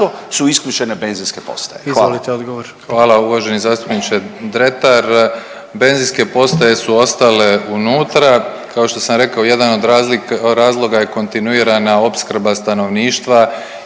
**Filipović, Davor (HDZ)** Hvala uvaženi zastupniče Dretar. Benzinske postaje su ostale unutra kao što sam rekao jedan od razloga je kontinuirana opskrba stanovništva